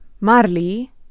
Marley